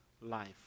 life